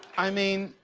i mean,